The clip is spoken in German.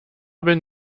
bin